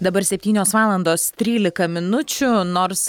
dabar septynios valandos trylika minučių nors